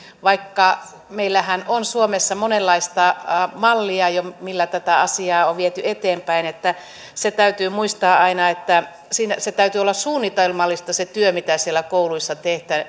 vaikka meillähän on suomessa monenlaista mallia jo millä tätä asiaa on viety eteenpäin täytyy muistaa aina että sen työn täytyy olla suunnitelmallista mitä siellä kouluissa